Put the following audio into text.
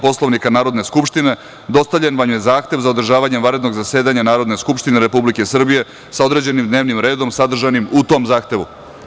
Poslovnika Narodne skupštine, dostavljen vam je Zahtev za održavanje vanrednog zasedanja Narodne skupštine Republike Srbije sa određenim dnevnim redom sadržanim u tom Zahtevu.